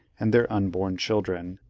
and their unborn children.